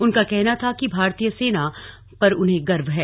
उनका कहना था कि भारतीय सेना पर उन्हें गर्व है